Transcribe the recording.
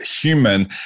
human